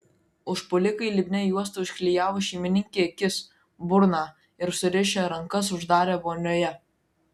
užpuolikai lipnia juosta užklijavo šeimininkei akis burną ir surišę rankas uždarė vonioje